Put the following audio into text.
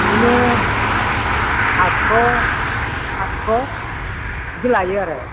बिदिनो आठस' साठस' बिदि लायो आरो